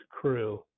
crew